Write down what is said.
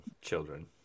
children